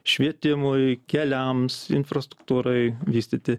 švietimui keliams infrastruktūrai vystyti